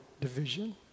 division